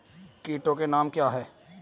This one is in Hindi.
कीटों के नाम क्या हैं?